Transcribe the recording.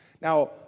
Now